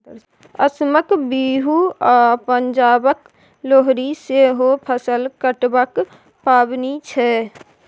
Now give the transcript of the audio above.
असमक बिहू आ पंजाबक लोहरी सेहो फसल कटबाक पाबनि छै